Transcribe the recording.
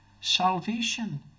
salvation